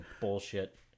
bullshit